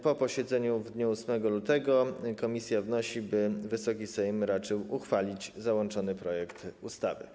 Po posiedzeniu w dniu 8 lutego komisja wnosi, by Wysoki Sejm raczył uchwalić załączony projekt ustawy.